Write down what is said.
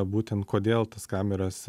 būtent kodėl tas kameras